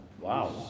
Wow